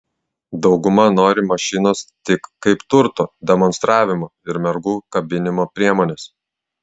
dauguma nori mašinos tik kaip turto demonstravimo ir mergų kabinimo priemonės